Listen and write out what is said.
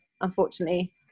unfortunately